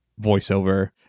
voiceover